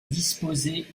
disposait